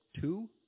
two